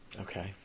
Okay